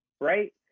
Right